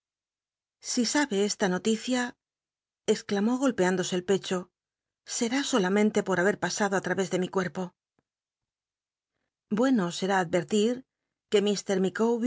si sabe esa noticia exclamó golpe índose el pecho será solamente por haber pasado ti través tlc mi clici'po ducno será advertir que